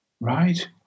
Right